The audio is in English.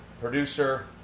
producer